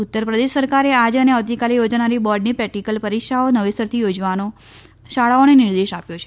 ઉત્તરપ્રદેશ સરકારે આજે અને આવતીકાલે યોજાનારી બોર્ડની પ્રેક્ટીકલ પરીક્ષાઓ નવેસરથી યોજવાનો શાળાઓને નિર્દેશ આપ્યો છે